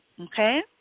Okay